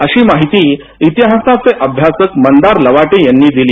अशी माहिती इतिहासाचे अभ्यासक मंदार लवाटे यांनी दिली